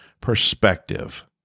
perspective